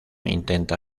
intenta